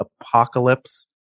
apocalypse